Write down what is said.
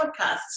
podcasts